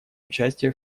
участие